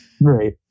Right